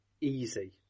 easy